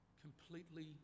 completely